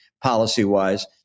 policy-wise